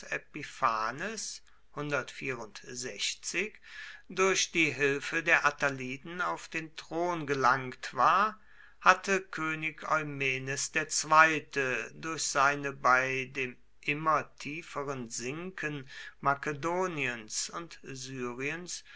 epiphanes durch die hilfe der attaliden auf den thron gelangt war hatte könig eumenes ii durch seine bei dem immer tieferen sinken makedoniens und syriens